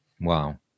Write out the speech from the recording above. Wow